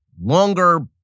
longer